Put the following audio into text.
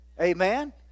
Amen